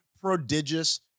prodigious